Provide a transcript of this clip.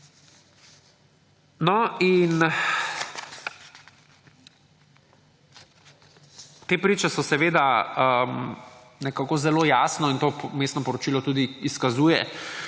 Te priče so seveda nekako zelo jasno in to vmesno poročilo tudi izkazuje,